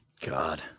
God